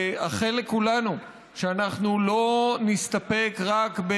לאחל לכולנו שאנחנו לא נסתפק רק,